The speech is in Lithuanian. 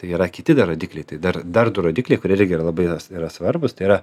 tai yra kiti dar rodikliai tai dar dar du rodikliai kurie irgi yra labai yra yra svarbūs tai yra